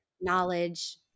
knowledge